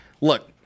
Look